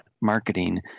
marketing